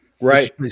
Right